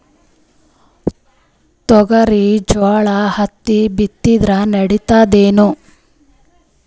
ತೊಗರಿ ಜೋಡಿ ಹತ್ತಿ ಬಿತ್ತಿದ್ರ ನಡಿತದೇನು?